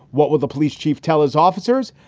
what would the police chief tell his officers?